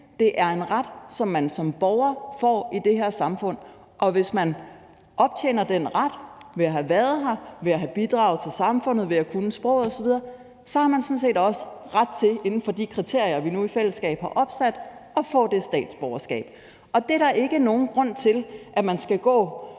det er en ret, som man som borger får i det her samfund, og hvis man optjener den ret ved at have været her, ved at have bidraget til samfundet, ved at kunne sproget osv., så har man sådan set også ret til inden for de kriterier, vi nu i fællesskab har opsat, at få det statsborgerskab. Det er der ikke nogen grund til at man som